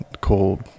cold